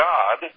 God